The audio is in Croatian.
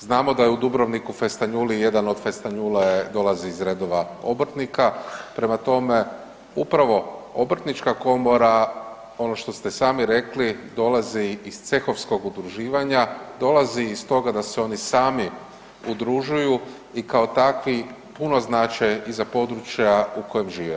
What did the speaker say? Znamo da je u Dubrovniku Festanjuli, jedan od Festanjula dolazi iz redova obrtnika, prema tome, upravo obrtnička komora, ono što ste i sami rekli, dolazi iz cehovskog udruživanja, dolazi iz toga da se oni sami udružuju i kao takvi, puno znače i za područja u kojima žive.